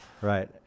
Right